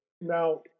Now